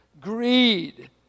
greed